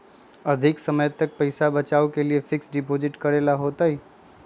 अधिक समय तक पईसा बचाव के लिए फिक्स डिपॉजिट करेला होयई?